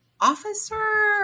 officer